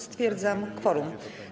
Stwierdzam kworum.